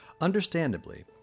Understandably